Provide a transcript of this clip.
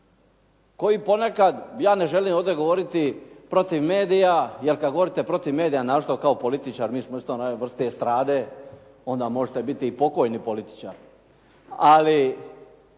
koji ponekad, ja ne želim ovdje govoriti protiv medija, jer kada govorite protiv medija naročito kao političar, mi smo isto jedna vrsta estrade onda možete biti i pokojni političar. Ali